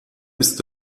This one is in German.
ist